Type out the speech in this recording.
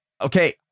okay